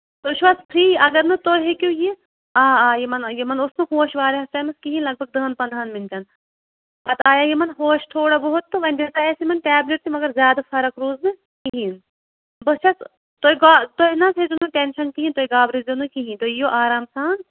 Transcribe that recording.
تُہۍ چھِو حظ فِرٛی اَگر نہٕ تُہۍ ہیٚکِو یِتھ آ آ یِمَن یِمَن اوس نہٕ ہوش واریاہَس ٹایِمَس کِہیٖنۍ لَگ بَگ دَہَن پَنٛدہَن مِنٛٹَن پَتہٕ آیے یِمن ہوش تھوڑا بہت تہٕ وۄنۍ دِژاے اَسہِ یِمَن ٹیبلِٹ تہِ مگر زیادٕ فَرَق روٗزنہٕ کِہیٖنۍ بہٕ چھَس تُہۍ گا تُہۍ نہ حظ ہیٚیِزیو نہٕ ٹٮ۪نشَن کِہیٖنۍ تُہۍ گھابرٲیزیو نہٕ کِہیٖنۍ تُہۍ یِیِو آرام سان